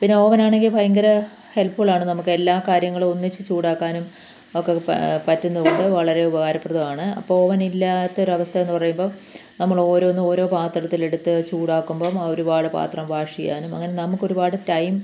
പിന്നെ ഓവനാണെങ്കിൽ ഭയങ്കര ഹെൽപ്ഫുള്ളാണ് നമ്മൾക്ക് എല്ലാ കാര്യങ്ങളും ഒന്നിച്ചു ചൂടാക്കാനും അതൊക്കെ പറ്റുന്നുള്ളു വളരെ ഉപകാരപ്രദമാണ് അപ്പം ഓവനില്ലാത്ത അവസ്ഥയെന്നു പറയുമ്പം നമ്മളോരോന്നും ഓരോ പാത്രത്തിലെടുത്തു ചൂടാക്കുമ്പം ഒരുപാട് പാത്രം വാഷ് ചെയ്യാനും അങ്ങനെ നമുക്കൊരുപാട് ടൈം